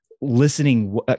listening